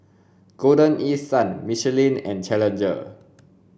Golden East Sun Michelin and Challenger